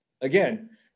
again